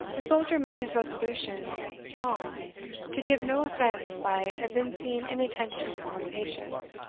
the soldier made his resolution strong to give no offence by evincing inattention or impatience.